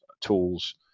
tools